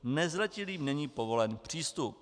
Nezletilým není povolen přístup.